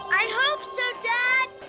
i hope so, dad.